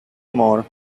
more